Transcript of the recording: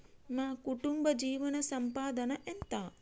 మా కుటుంబ జీవన సంపాదన ఎంత?